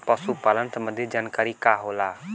पशु पालन संबंधी जानकारी का होला?